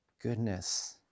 goodness